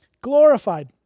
Glorified